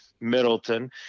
Middleton